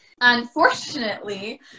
Unfortunately